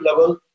level